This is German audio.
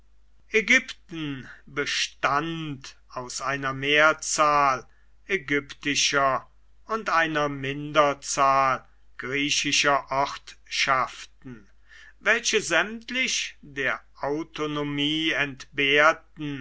ägypten bestand aus einer mehrzahl ägyptischer und einer minderzahl griechischer ortschaften welche sämtlich der autonomie entbehrten